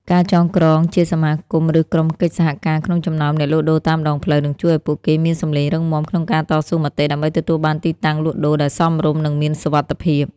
ការចងក្រងជាសមាគម ឬក្រុមកិច្ចសហការក្នុងចំណោមអ្នកលក់ដូរតាមដងផ្លូវ នឹងជួយឱ្យពួកគេមានសម្លេងរឹងមាំក្នុងការតស៊ូមតិដើម្បីទទួលបានទីតាំងលក់ដូរដែលសមរម្យ និងមានសុវត្ថិភាព។